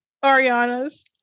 ariana's